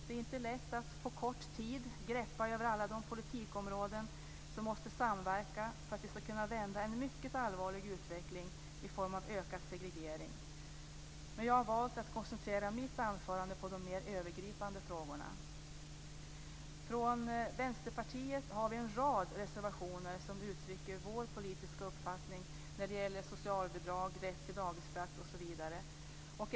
Det är inte lätt att på kort tid greppa över alla de politikområden som måste samverka för att vi skall kunna vända en mycket allvarlig utveckling i form av ökad segregering, men jag har valt att koncentrera mitt anförande på de mer övergripande frågorna. Vi har från Vänsterpartiet en rad reservationer som uttrycker vår politiska uppfattning när det gäller socialbidrag, rätt till dagisplats osv.